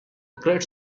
great